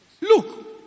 Look